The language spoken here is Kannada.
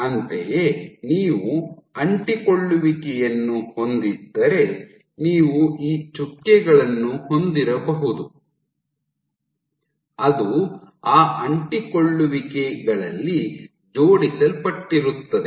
ಅಂತೆಯೇ ನೀವು ಅಂಟಿಕೊಳ್ಳುವಿಕೆಯನ್ನು ಹೊಂದಿದ್ದರೆ ನೀವು ಈ ಚುಕ್ಕೆಗಳನ್ನು ಹೊಂದಿರಬಹುದು ಅದು ಆ ಅಂಟಿಕೊಳ್ಳುವಿಕೆಗಳಲ್ಲಿ ಜೋಡಿಸಲ್ಪಟ್ಟಿರುತ್ತದೆ